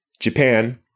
Japan